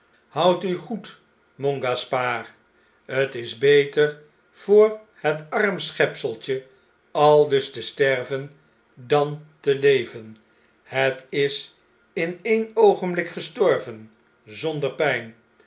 houd u goed mongaspard t is beter voor het arm schepseltje aldus te sterven dan te leven het is in ee'n oogenblik gestorven zonder pijn